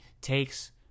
takes